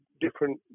different